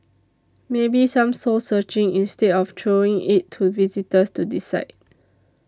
maybe some soul searching instead of throwing it to visitors to decide